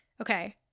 Okay